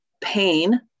pain